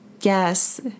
Yes